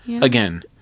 again